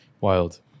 wild